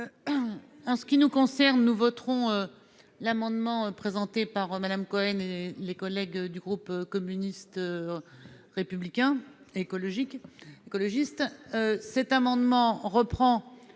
ce qui nous concerne, nous voterons l'amendement présenté par Mme Cohen et ses collègues du groupe communiste républicain citoyen et écologiste. Il s'agit de reprendre,